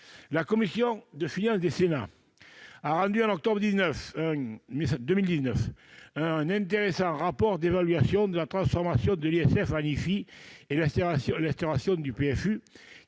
La commission des finances du Sénat a rendu au mois d'octobre 2019 un intéressant rapport d'évaluation de la transformation de l'ISF en IFI et de l'instauration du PFU,